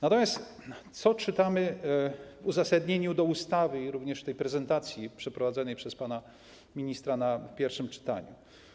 Natomiast co czytamy w uzasadnieniu ustawy i również w prezentacji przeprowadzonej przez pana ministra w pierwszym czytaniu?